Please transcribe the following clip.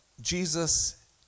Jesus